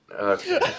Okay